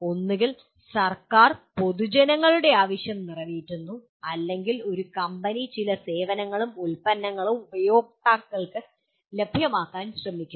ഒന്നുകിൽ സർക്കാർ പൊതുജനങ്ങളുടെ ആവശ്യങ്ങൾ നിറവേറ്റുന്നു അല്ലെങ്കിൽ ഒരു കമ്പനി ചില സേവനങ്ങളും ഉൽപ്പന്നങ്ങളും ഉപയോക്താക്കൾക്ക് ലഭ്യമാക്കാൻ ശ്രമിക്കുന്നു